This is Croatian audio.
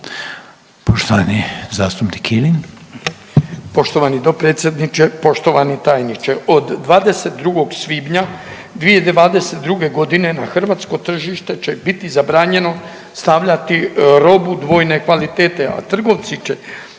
Ivan (HDZ)** Poštovani dopredsjedniče, poštovani tajniče. Od 22. svibnja 2022. g. na hrvatsko tržište će biti zabranjeno stavljati robu dvojne kvalitete, a trgovci će